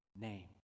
name